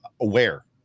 aware